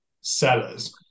sellers